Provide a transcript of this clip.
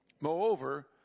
Moreover